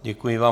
Děkuji vám.